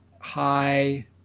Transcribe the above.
high